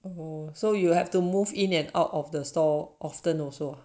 oh so you have to move in and out of the store often also